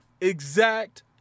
exact